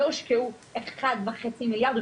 לא הושקעו אחד וחצי מיליארד ₪,